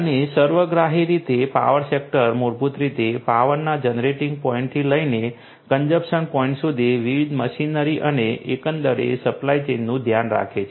અને સર્વગ્રાહી રીતે પાવર સેક્ટર મૂળભૂત રીતે પાવરના જનરેટીંગ પોઈન્ટથી લઈને કન્ઝમ્પશન પોઈન્ટ સુધી વિવિધ મશીનરી અને એકંદરે સપ્લાય ચેઈનનું ધ્યાન રાખે છે